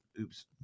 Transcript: Oops